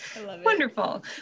Wonderful